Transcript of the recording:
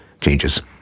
changes